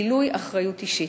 וגילוי אחריות אישית.